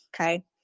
Okay